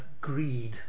greed